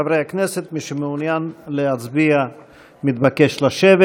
חברי הכנסת, מי שמעוניין להצביע מתבקש לשבת.